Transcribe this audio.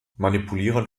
manipulieren